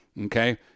okay